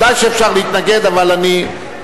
ודאי שאפשר להתנגד אבל אני,